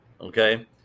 okay